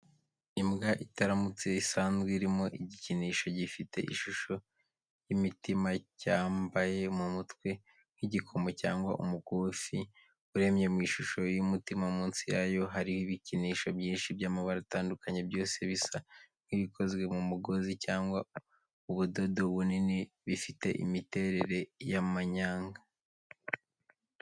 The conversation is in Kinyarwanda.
Imbwa itaramutse isanzwe irimo igikinisho gifite ishusho y’imitima cyambaye mu mutwe, nk’igikomo cyangwa umukufi uremye mu ishusho y’umutima munsi yayo hariho ibikinisho byinshi by’amabara atandukanye, byose bisa nk’ibikozwe mu mugozi cyangwa ubudodo bunini bifite imiterere y’amanyanga.